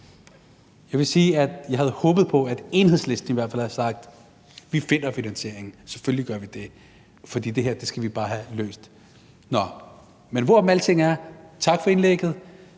Jeg vil sige, at jeg havde håbet på, at Enhedslisten i hvert fald havde sagt: Vi finder finansieringen, selvfølgelig gør vi det, for det her skal vi bare have løst. Men hvorom alting er: Tak for indlægget.